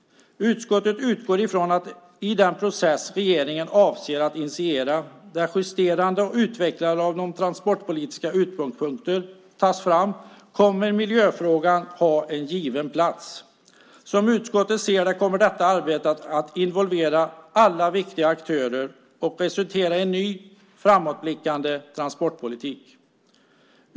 Utskottet utgår från att i den process som regeringen avser att initiera - justerande och utvecklande av de transportpolitiska utgångspunkterna - kommer miljöfrågan att ha en given plats. Som utskottet ser det kommer detta arbete att involvera alla viktiga aktörer och resultera i en ny framåtblickande transportpolitik.